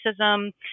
racism